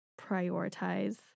prioritize